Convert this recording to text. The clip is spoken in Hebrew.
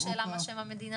סתם שאלה, מה שם המדינה?